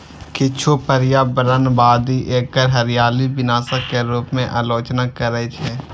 किछु पर्यावरणवादी एकर हरियाली विनाशक के रूप मे आलोचना करै छै